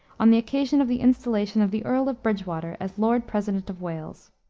on the occasion of the installation of the earl of bridgewater as lord president of wales.